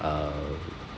uh